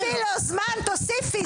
תוסיפי לו זמן, תוסיפי.